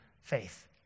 faith